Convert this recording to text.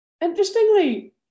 interestingly